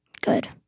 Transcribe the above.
Good